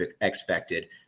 expected